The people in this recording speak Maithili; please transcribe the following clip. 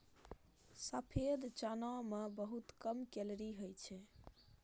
सफेद चना मे बहुत कम कैलोरी होइ छै